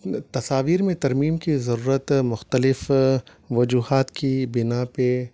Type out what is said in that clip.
تصاویر میں ترمیم کی ضرورت مختلف وجوہات کی بنا پہ